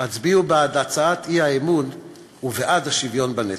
הצביעו בעד הצעת האי-אמון ובעד השוויון בנטל.